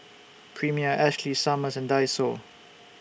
Premier Ashley Summers and Daiso